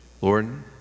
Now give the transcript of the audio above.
Lord